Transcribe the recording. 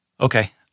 Okay